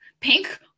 pink